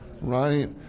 right